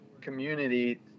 community